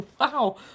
wow